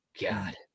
God